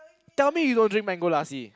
tell me you don't drink mango lassi